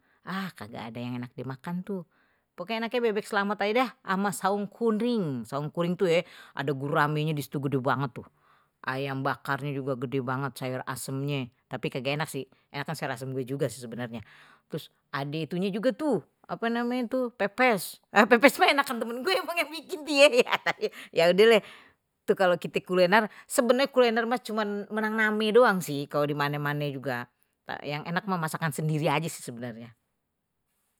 Ah kagak ada yang enak dimakan tuh. pokoknye enaknye bebek slamet aje dah, ama saung kurin, saung kuring tuh ye ade guramenye disitu tu gede banget, ayam bakarnya juga gede banget sayur asemnya tapi kagak enak sih enakan sayur asem gue juga sebenarnya terus ade itunya juga tuh apa namenye itu pepes, pepes mah enakan temen gue yang bikin itu ye, ya udah leh, tu kalo kite kuliner sebenernya kuliner mah cuman menang name doang sih kalau di mane mane juga yang enak mah masakan sendiri aja sih sebenarnye.